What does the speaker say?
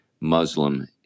Muslim